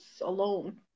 alone